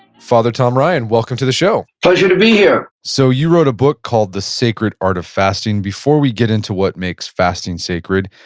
father tom ryan, welcome to the show pleasure to be here so you wrote a book called the sacred art of fasting. before we get into what makes fasting sacred,